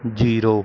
zero